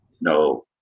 No